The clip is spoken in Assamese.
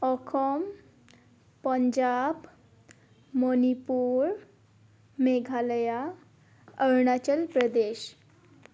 অসম পঞ্জাৱ মণিপুৰ মেঘালয়া অৰুণাচল প্ৰদেশ